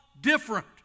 different